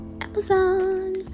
amazon